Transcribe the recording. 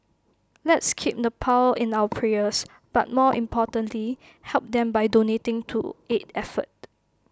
let's keep Nepal in our prayers but more importantly help them by donating to aid effort